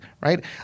right